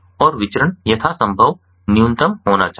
और विचरण यथासंभव न्यूनतम होना चाहिए